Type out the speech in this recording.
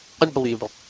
Unbelievable